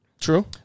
True